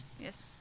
Yes